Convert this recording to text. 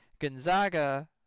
Gonzaga